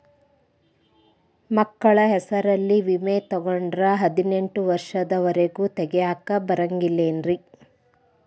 ಮಕ್ಕಳ ಹೆಸರಲ್ಲಿ ವಿಮೆ ತೊಗೊಂಡ್ರ ಹದಿನೆಂಟು ವರ್ಷದ ಒರೆಗೂ ತೆಗಿಯಾಕ ಬರಂಗಿಲ್ಲೇನ್ರಿ?